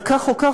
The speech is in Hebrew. אבל כך או כך,